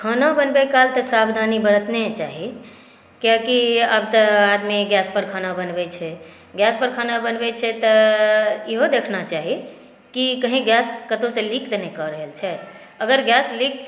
खाना बनबै कालके सावधानी बरतने चाही कियाकि आब तऽ आदमी गैस पर खाना बनबै छै गैस पर खाना बनबै छै तऽ इहो देखना चाही की कहीं गैस कतौसॅं लीक तऽ नहि कऽ रहल छै अगर गैस लीक